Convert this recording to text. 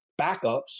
backups